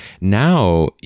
Now